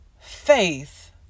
faith